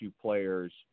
players